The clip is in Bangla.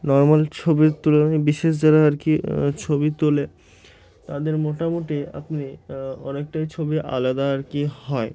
নর্মাল ছবির তুলনায় বিশেষ যারা আর কি ছবি তোলে তাদের মোটামুটি আপনি অনেকটাই ছবি আলাদা আর কি হয়